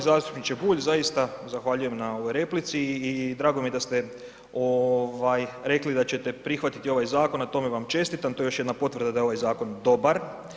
Uvaženi zastupniče Bulj, zaista zahvaljujem na ovoj replici i drago mi je da ste rekli da ćete prihvatiti ovaj zakon, na tome vam čestitam, to je još jedna potvrda da je ovaj zakon dobar.